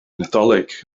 nadolig